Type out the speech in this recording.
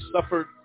suffered